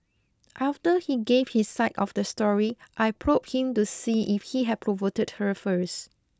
after he gave his side of the story I probed him to see if he had provoked her first